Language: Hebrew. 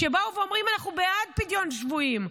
שבאים ואומרים: אנחנו בעד פדיון שבויים?